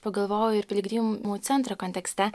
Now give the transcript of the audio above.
pagalvojau ir piligrimų centro kontekste